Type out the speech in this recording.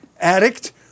addict